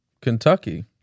Kentucky